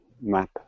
map